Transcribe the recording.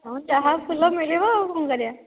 ହଁ ଯାହା ଫୁଲ ମିଳିବ ଆଉ କ'ଣ କରିବା